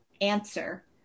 answer